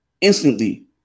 instantly